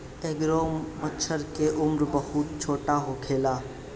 एगो मछर के उम्र बहुत छोट होखेला